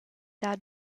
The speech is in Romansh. dar